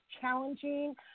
challenging